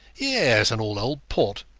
yes, and all old port.